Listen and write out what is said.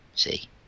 see